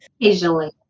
Occasionally